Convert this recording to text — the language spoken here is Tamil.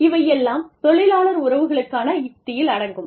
இவை எல்லாம் தொழிலாளர் உறவுகளுக்கான யுக்தியில் அடங்கும்